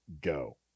go